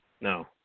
No